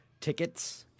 tickets